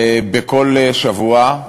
בכל שבוע: